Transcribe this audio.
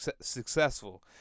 successful